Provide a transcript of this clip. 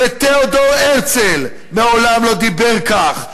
ותאודור הרצל מעולם לא דיבר כך,